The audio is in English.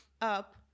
up